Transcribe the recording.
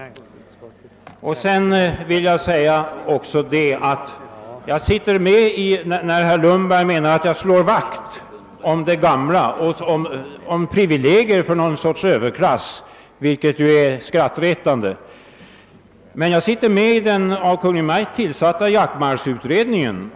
Vidare vill jag säga med anledning av herr Lundbergs uttalande att jag slår vakt om det gamla och om Pprivilegier för någon sorts överklass, vilket ju är skrattretande, att jag är med i den av Kungl. Maj:t tillsatta jaktmarksutredningen.